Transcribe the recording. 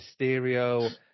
Mysterio